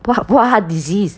what heart what heart disease